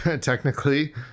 technically